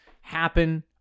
happen